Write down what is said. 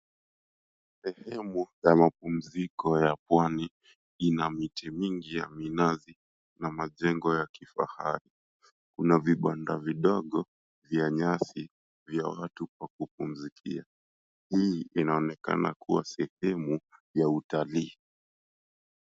Sehemu ya mapumziko ya pwani ina miti mingi ya minazi na majengo ya kifahari. Kuna vibanda vidogo vya nyasi vya watu pa kupumzikia. Hii inaonekana kuwa sehemu ya utalii